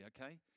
okay